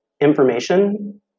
information